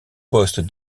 poste